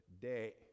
day